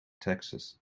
taxes